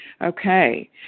Okay